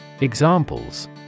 Examples